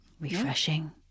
refreshing